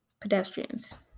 pedestrians